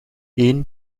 eén